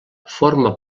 forma